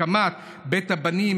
הקמת בית הבנים,